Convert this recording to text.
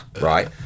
right